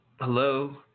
Hello